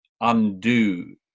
undo